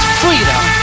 freedom